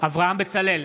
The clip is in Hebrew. אברהם בצלאל,